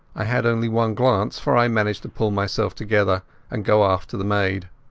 i had only one glance, for i managed to pull myself together and go after the maid.